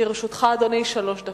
לרשותך, אדוני, שלוש דקות.